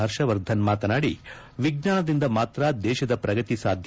ಹರ್ಷವರ್ಧನ್ ಮಾತನಾಡಿ ವಿಜ್ಞಾನದಿಂದ ಮಾತ್ರ ದೇಶದ ಪ್ರಗತಿ ಸಾಧ್ಯ